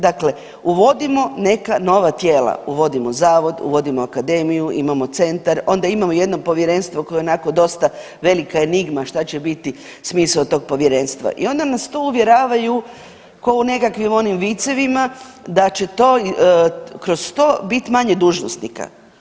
Dakle, uvodimo neka nova tijela, uvodimo zavod, uvodimo akademiju, imamo centar, onda imamo jedno povjerenstvo koje onako dosta velika enigma šta će biti smisao tog povjerenstva i onda nas tu uvjeravaju kao u nekakvim onim vicevima da će to kroz to biti manje dužnosnika.